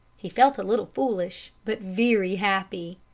he felt a little foolish, but very happy.